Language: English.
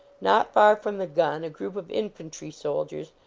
not far from the gun, a group of infantry soldiers,